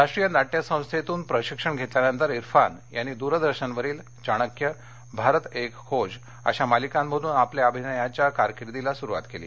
राष्ट्रीय नाट्य संस्थेतून प्रशिक्षण घेतल्यानंतर इरफान यांनी दुरदर्शनवरील चाणक्य भारत एक खोज अशा मालिकांमधून आपल्या अभिनयाच्या कारकीर्दीला सुरूवात केली